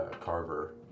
carver